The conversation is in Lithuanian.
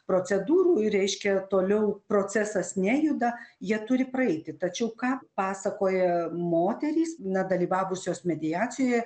procedūrų ir reiškia toliau procesas nejuda jie turi praeiti tačiau ką pasakoja moterys na dalyvavusios mediacijoje